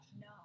No